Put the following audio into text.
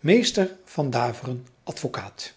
mr van daveren advocaat